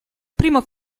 primo